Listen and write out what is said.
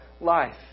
life